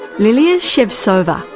lilia shevtsova,